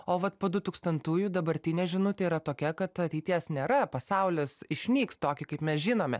o vat po du tūkstantųjų dabartinė žinutė yra tokia kad ateities nėra pasaulis išnyks tokį kaip mes žinome